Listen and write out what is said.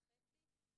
ושעתיים וחצי,